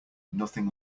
nothing